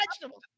vegetables